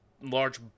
large